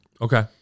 Okay